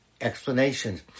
explanations